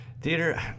theater